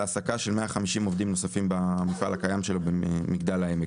העסקה של 150 עובדים נוספים במפעל הקיים שלו במגדל העמק.